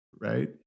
right